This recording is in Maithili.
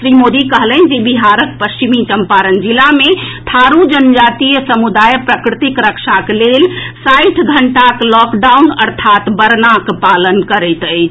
श्री मोदी कहलनि जे बिहारक पश्चिमी चंपारण जिला मे थारू जनजातीय समुदाय प्रकृतिक रक्षाक लेल साठि घंटाक लॉकडाउन अर्थात बरनाक पालन करैत अछि